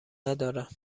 ندارم